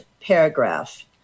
paragraph